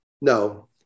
No